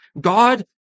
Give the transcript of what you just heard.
God